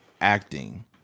acting